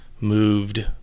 moved